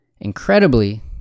Incredibly